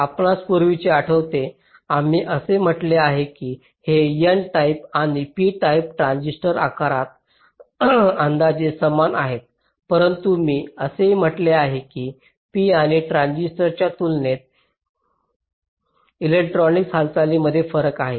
आणि आपणास पूर्वीचे आठवते आम्ही असे म्हटले आहे की हे N टाइप आणि P टाइप ट्रांजिस्टर आकारात अंदाजे समान आहेत परंतु मी असेही म्हटले आहे की P आणि ट्रान्झिस्टरच्या तुलनेत इलेक्ट्रॉनिक हालचालींमध्ये फरक आहे